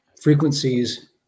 frequencies